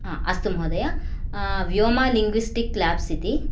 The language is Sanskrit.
अस्तु महोदय व्योमा लिङ्ग्विस्टिक् लेब्स् इति